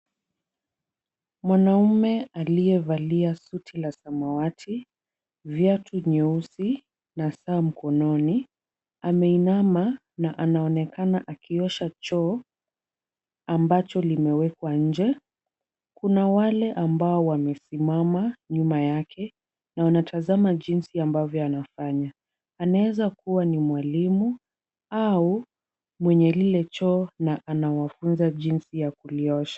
Mwanamume aliyevalia suti la samawati, viatu nyeusi na saa mkononi, ameinama na anaonekana akiosha choo ambacho limewekwa nje. Kuna wale ambao wamesimama nyuma yake na wanatazama jinsi ambavyo anafanya, anaeza kuwa ni mwalimu au mwenye lile choo na anawafunza jinsi ya kuliosha.